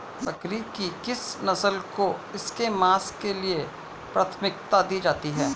बकरी की किस नस्ल को इसके मांस के लिए प्राथमिकता दी जाती है?